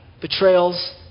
betrayals